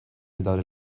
without